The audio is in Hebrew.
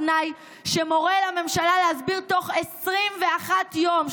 תנאי שמורה לממשלה להסביר תוך 21 יום,